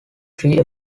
three